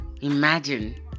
imagine